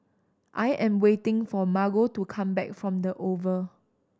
I am waiting for Margo to come back from The Oval